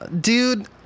Dude